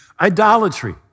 Idolatry